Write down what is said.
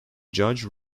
judge